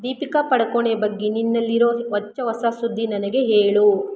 ದೀಪಿಕಾ ಪಡುಕೋಣೆಯ ಬಗ್ಗೆ ನಿನ್ನಲ್ಲಿರೋ ಹೊಚ್ಚ ಹೊಸ ಸುದ್ದಿ ನನಗೆ ಹೇಳು